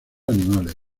animales